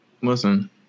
Listen